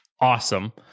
Awesome